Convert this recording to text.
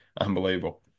Unbelievable